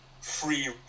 free